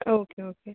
okay okay